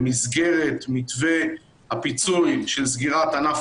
במסגרת מתווה הפיצוי של סגירת ענף